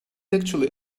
actually